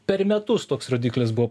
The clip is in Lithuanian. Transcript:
per metus toks rodiklis buvo